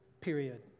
period